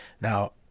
Now